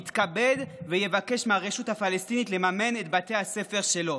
יתכבד ויבקש מהרשות הפלסטינית לממן את בתי הספר שלו.